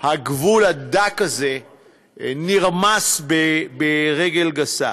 הגבול הדק הזה נרמס ברגל גסה.